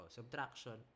Subtraction